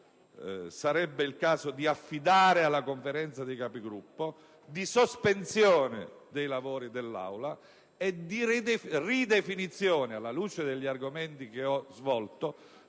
sarebbe il caso di affidare alla Conferenza dei Capigruppo, di sospensione dei lavori dell'Aula e di ridefinizione, alla luce degli argomenti che ho svolto,